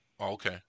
Okay